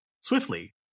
swiftly